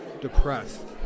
depressed